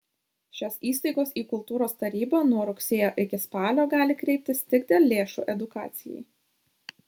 šios įstaigos į kultūros tarybą nuo rugsėjo iki spalio gali kreiptis tik dėl lėšų edukacijai